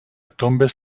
tombes